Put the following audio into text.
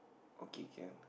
okay can